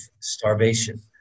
starvation